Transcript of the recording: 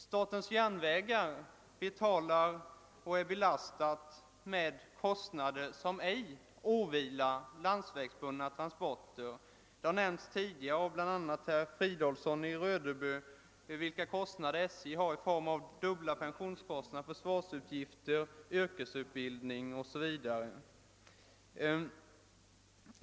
Statens järnvägar belastas med kostnader som ej åvilar landsvägsbundna transporter. Det har tidigare nämnts av bl.a. herr Fridolfsson i Rödeby hur mycket SJ får lägga ned i form av dubbla pensionskostnader, försvarsutgifter, kostnader för yrkesutbildning o. s. v.